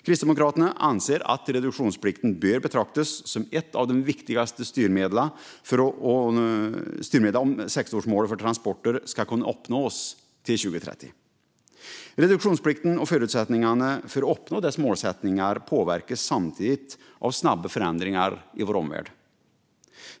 Kristdemokraterna anser att reduktionsplikten bör betraktas som ett av de viktigaste styrmedlen om sektorsmålet för transporter ska kunna uppnås till 2030. Reduktionsplikten och förutsättningarna för att uppnå dess målsättningar påverkas samtidigt av snabba förändringar i vår omvärld.